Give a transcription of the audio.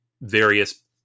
various